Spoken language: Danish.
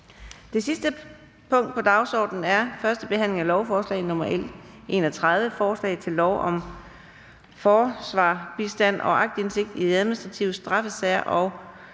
Det sidste punkt på dagsordenen er: 6) 1. behandling af lovforslag nr. L 31: Forslag til lov om forsvarerbistand og aktindsigt i administrative straffesager på